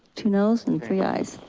two no's and three ayes.